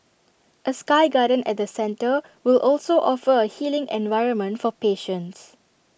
A sky garden at the centre will also offer A healing environment for patients